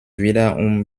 wiederum